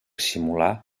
simular